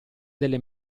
delle